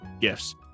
gifts